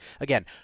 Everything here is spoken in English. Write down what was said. Again